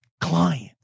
clients